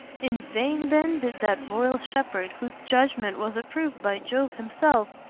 in vain then did that royal shepherd, whose judgment was approved by jove himself,